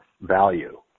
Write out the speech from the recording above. value